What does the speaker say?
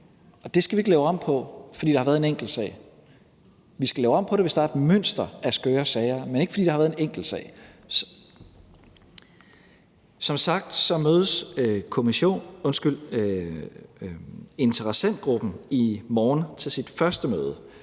det skal vi ikke lave om på, fordi der har været en enkeltsag; vi skal lave om på det, hvis der er et mønster af skøre sager, men ikke fordi der har været en enkeltsag. Som sagt mødes interessentgruppen i morgen til sit første møde.